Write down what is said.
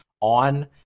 on